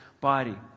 body